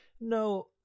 No